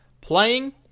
playing